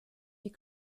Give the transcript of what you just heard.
die